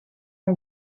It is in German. der